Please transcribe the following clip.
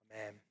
Amen